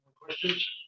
Questions